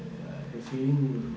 I feeling